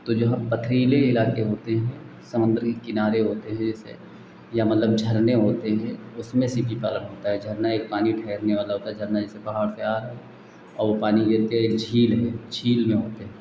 तो जहाँ पथरीले इलाके होते हैं समुन्दर के किनारे होते हैं जैसे या मतलब झरने होते हैं उसमें सीपी पालन होता है झरना एक पानी ठहरने वाला होता है झरना जैसे पहाड़ से आ रहा है और वह पानी गिरते है झील में झील में होते हैं